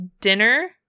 dinner